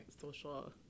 social